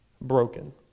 broken